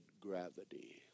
gravity